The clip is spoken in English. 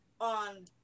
on